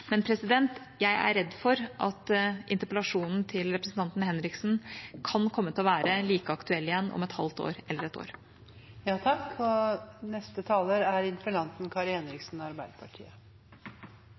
Men jeg er redd for at interpellasjonen til representanten Henriksen kan komme til å være like aktuell igjen om et halvt år eller et